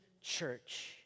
Church